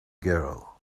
girl